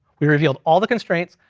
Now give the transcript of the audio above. we revealed all the constraints,